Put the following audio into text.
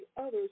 others